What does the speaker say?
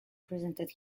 presented